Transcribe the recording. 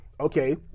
okay